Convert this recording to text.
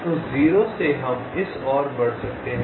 तो 0 से हम इस ओर बढ़ सकते हैं